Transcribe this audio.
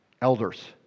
elders